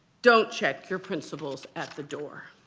don't check your principles at the door.